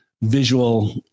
visual